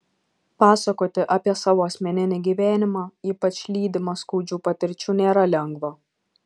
pasakoti apie savo asmeninį gyvenimą ypač lydimą skaudžių patirčių nėra lengva